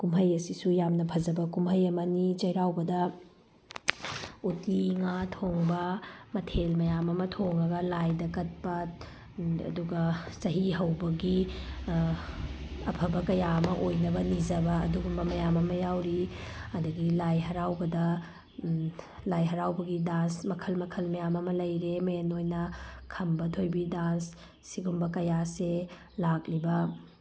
ꯀꯨꯝꯍꯩ ꯑꯁꯤꯁꯨ ꯌꯥꯝꯅ ꯐꯖꯕ ꯀꯨꯝꯍꯩ ꯑꯃꯅꯤ ꯆꯩꯔꯥꯎꯕꯗ ꯎꯇꯤ ꯉꯥ ꯊꯣꯡꯕ ꯃꯊꯦꯜ ꯃꯌꯥꯝ ꯑꯃ ꯊꯣꯡꯉꯒ ꯂꯥꯏꯗ ꯀꯠꯄ ꯑꯗꯨꯒ ꯆꯍꯤ ꯍꯧꯕꯒꯤ ꯑꯐꯕ ꯀꯌꯥ ꯑꯃ ꯑꯣꯏꯅꯕ ꯅꯤꯖꯕ ꯑꯗꯨꯒꯨꯝꯕ ꯃꯌꯥꯝ ꯑꯃ ꯌꯥꯎꯔꯤ ꯑꯗꯒꯤ ꯂꯥꯏ ꯍꯔꯥꯎꯕꯗ ꯂꯥꯏ ꯍꯔꯥꯎꯕꯒꯤ ꯗꯥꯟꯁ ꯃꯈꯜ ꯃꯈꯜ ꯃꯌꯥꯝ ꯑꯃ ꯂꯩꯔꯤ ꯃꯦꯟ ꯑꯣꯏꯅ ꯈꯝꯕꯥ ꯊꯣꯏꯕꯤ ꯗꯥꯟꯁ ꯁꯤꯒꯨꯝꯕ ꯀꯌꯥꯁꯦ ꯂꯥꯛꯂꯤꯕ